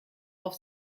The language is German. auf